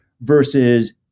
versus